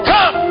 Come